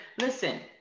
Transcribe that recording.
Listen